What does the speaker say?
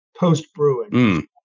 Post-brewing